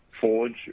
Forge